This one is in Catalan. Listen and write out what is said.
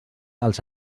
als